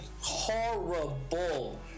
Horrible